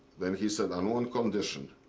then he said, on one condition.